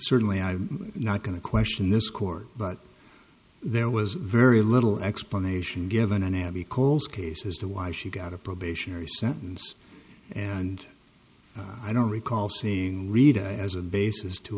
certainly i'm not going to question this court but there was very little explanation given and have a cold case as to why she got a probationary sentence and i don't recall seeing rita as a basis to